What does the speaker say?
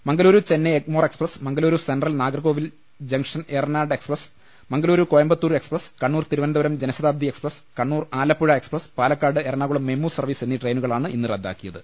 Mangaluru Chennai Egmore express Mangaluru central Nagercoil junction Ernad express Mangaluru Coimbatore express Kannur Thiruvananthapuram Jan Shatabdi express Kannur Alappuzha express Palakkad Ernakulam MEMU service എന്നീ ട്രെയിനുകളാണ് ഇന്ന് റദ്ദാക്കിയത്